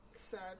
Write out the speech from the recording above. sad